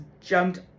jumped